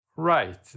right